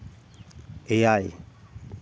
ᱮᱭᱟᱭ